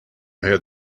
had